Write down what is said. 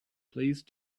please